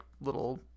little